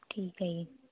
ਠੀਕ ਐ ਜੀ